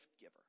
giver